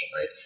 right